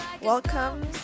welcome